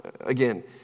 again